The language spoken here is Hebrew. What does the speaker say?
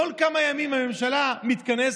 כל כמה ימים הממשלה מתכנסת,